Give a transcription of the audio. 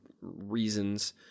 reasons